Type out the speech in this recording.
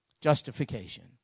justification